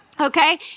okay